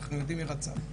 אנחנו יודעים מי רצח.